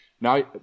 Now